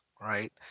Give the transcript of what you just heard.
right